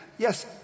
Yes